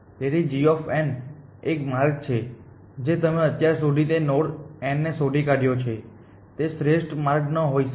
તેથી g એ એક માર્ગ છે જે તમે અત્યાર સુધી તે નોડ n ને શોધી કાઢ્યો છે તે શ્રેષ્ઠ માર્ગ ન હોઈ શકે